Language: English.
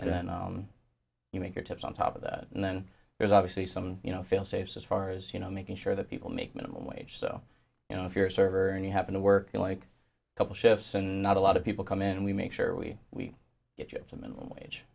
then you make your tips on top of that and then there's obviously some you know failsafes as far as you know making sure that people make minimum wage so you know if you're a server and you happen to work like a couple shifts and not a lot of people come in and we make sure we get you a minimum wage